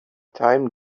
time